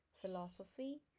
philosophy